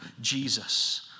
Jesus